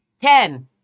Ten